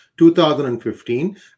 2015